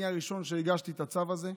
אני הראשון שהגיש את הצו הזה,